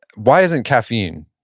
why hasn't caffeine,